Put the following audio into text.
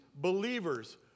believers